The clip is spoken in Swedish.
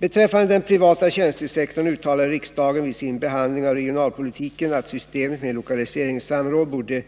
Beträffande den privata tjänstesektorn uttalade riksdagen vid sin behandling av regionalpolitiken att systemet med lokaliseringssamråd borde